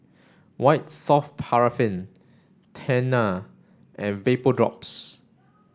white soft paraffin Tena and Vapodrops